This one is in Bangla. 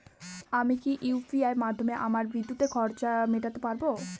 আমি কি ইউ.পি.আই মাধ্যমে আমার বিদ্যুতের খরচা মেটাতে পারব?